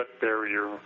barrier